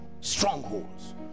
strongholds